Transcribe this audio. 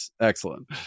Excellent